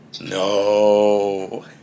No